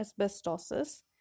asbestosis